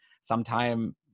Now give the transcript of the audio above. sometime